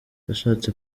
yashatse